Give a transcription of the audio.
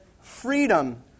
freedom